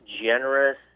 generous